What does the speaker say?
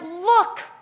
look